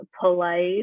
polite